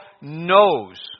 knows